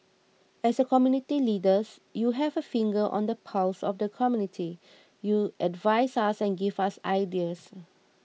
as community leaders you have a finger on the pulse of the community you advise us and give us ideas